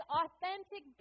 authentic